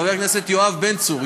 חבר הכנסת יואב בן צור,